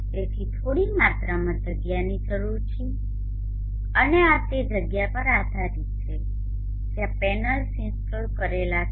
તેથી થોડી માત્રામાં જગ્યાની જરૂર છે અને આ તે જગ્યા પર આધારિત છે જ્યાં પેનલ્સ ઇન્સ્ટોલ કરેલા છે